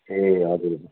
ए हजुर हजुर